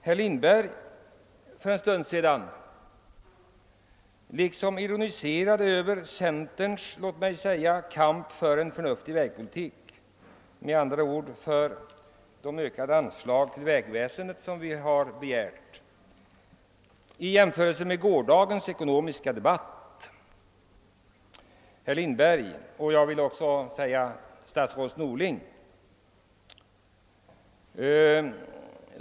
Herr Lindberg ironiserade för en stund sedan över centerpartiets kamp för en förnuftig vägpolitik, med andra ord för de ökade anslg till vägväsendet som vi har begärt. Han jämförde våra krav på detta område med vad vi sade under gårdagens ekonomiska debatt.